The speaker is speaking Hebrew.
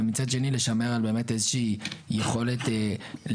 ומצד שני לשמר על באמת איזה שהיא יכולת לספק